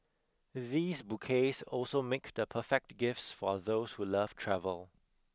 these bouquets also make the perfect gifts for those who love travel